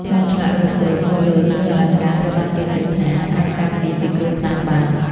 ការឆ្លាក់រូបគ្រុឌនៅលើគ្រឿងអលង្ការត្រូវបានគេជឿថាអាចការពារពីគ្រោះថ្នាក់បាន។